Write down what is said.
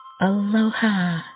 Aloha